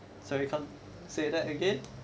so you come say that again